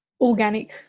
organic